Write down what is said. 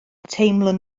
teimlwn